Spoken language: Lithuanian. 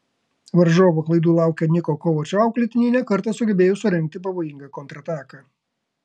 varžovų klaidų laukę niko kovačo auklėtiniai ne kartą sugebėjo surengti pavojingą kontrataką